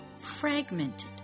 fragmented